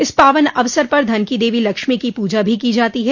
इस पावन अवसर पर धन की देवी लक्ष्मी की पूजा भी की जाती है